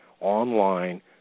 online